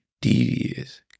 devious